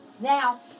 Now